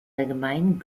allgemein